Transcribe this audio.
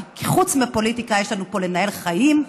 כי חוץ מפוליטיקה יש לנו פה לנהל חיים.